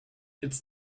its